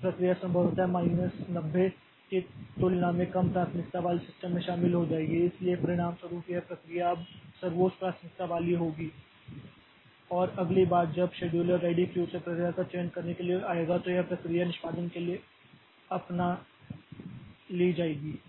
प्रक्रिया संभवतः माइनस 90 की तुलना में कम प्राथमिकता वाले सिस्टम में शामिल हो जाएगी इसलिए परिणामस्वरूप यह प्रक्रिया अब सर्वोच्च प्राथमिकता वाली प्रक्रिया होगी और अगली बार जब शेड्यूलर रेडी क्यू से प्रक्रिया का चयन करने के लिए आएगा तो यह प्रक्रिया निष्पादन के लिए अपना ली जाएगी